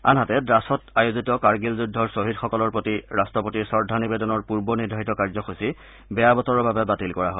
আনহাতে ড্ৰাচত আয়োজিত কাৰ্গিল যুদ্ধৰ খ্হীদসকলৰ প্ৰতি ৰাষ্ট্ৰপতিৰ শ্ৰদ্ধা নিবেদনৰ পূৰ্ব নিৰ্ধাৰিত কাৰ্যসূচী বেয়া বতৰৰ বাবে বাতিল কৰা হয়